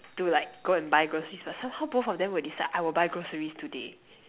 to like go and buy groceries but somehow both of them will decide I will buy groceries today